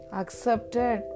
accepted